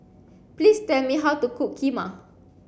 please tell me how to cook Kheema